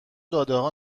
دادهها